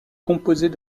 composés